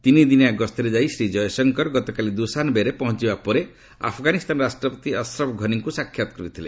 ତିନି ଦିନିଆ ଗସ୍ତରେ ଯାଇ ଶ୍ରୀ ଜୟଶଙ୍କର ଗତକାଲି ଦୁସାନବେରେ ପହଞ୍ଚିବା ପରେ ଆଫ୍ଗାନିସ୍ତାନ ରାଷ୍ଟ୍ରପତି ଅଶ୍ରଫ୍ ଘନିଙ୍କୁ ସାକ୍ଷାତ କରିଥିଲେ